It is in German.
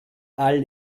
all